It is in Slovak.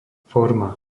forma